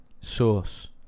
source